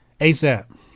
ASAP